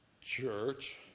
church